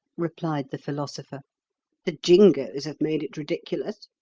replied the philosopher the jingoes have made it ridiculous.